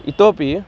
इतोपि